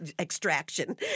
extraction